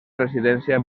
residència